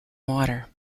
water